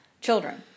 children